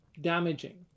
damaging